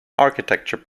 architecture